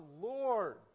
Lord